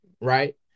right